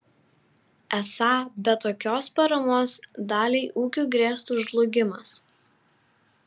esą be tokios paramos daliai ūkių grėstų žlugimas